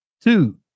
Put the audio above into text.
two